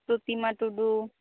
ᱯᱨᱚᱛᱤᱢᱟ ᱴᱩᱰᱩ